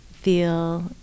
feel